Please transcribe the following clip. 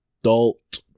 adult